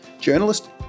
journalist